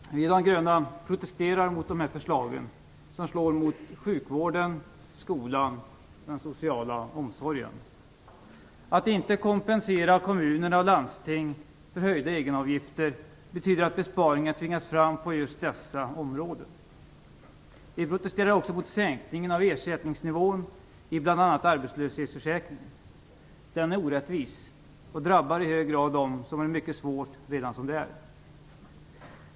Fru talman! Vi i de gröna protesterar mot förslagen som slår mot sjukvården, skolan och den sociala omsorgen! Att inte kompensera kommuner och landsting för höjda egenavgifter betyder att besparingar tvingas fram på just dessa områden. Vi protesterar också mot sänkningen av ersättningsnivån i bl.a. arbetslöshetsförsäkringen. Den är orättvis och drabbar i hög grad de som har det mycket svårt redan som det är.